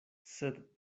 sed